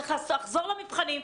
צריך לחזור למבחנים,